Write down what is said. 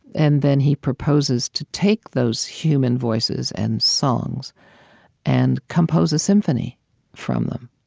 and then he proposes to take those human voices and songs and compose a symphony from them.